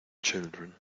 children